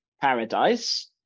paradise